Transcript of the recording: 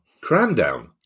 Cram-down